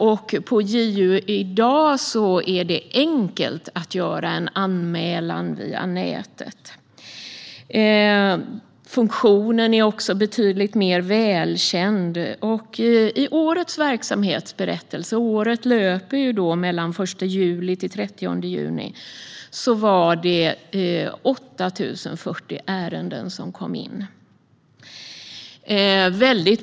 I dag är det enkelt att via nätet göra en anmälan till JO. Funktionen är betydligt mer välkänd. Verksamhetsåret löper mellan den 1 juli och den 30 juni, och enligt årets ämbetsberättelse kom 8 040 ärenden in.